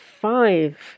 five